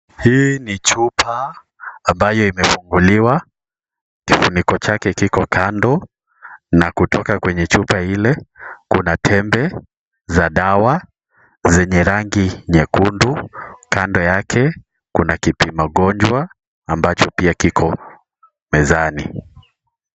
Hii ni chupa ambayo imefunguliwa , kifuniko chake kiko Kando na kutoka kwenye chupa ile, kuna tembe za dawa zenye rangi nyekundu ,Kando yake kuna kipima gonjwa ambacho pia kiko mezani.